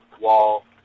wall